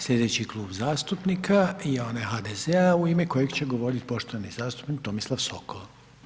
Slijedeći Klub zastupnika je onaj HDZ-a u ime kojeg će govoriti poštovani zastupnik Tomislav Sokol.